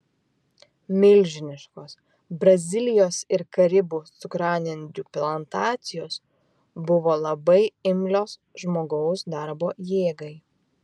milžiniškos brazilijos ir karibų cukranendrių plantacijos buvo labai imlios žmogaus darbo jėgai